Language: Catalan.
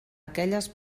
aquelles